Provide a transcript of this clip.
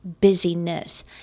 busyness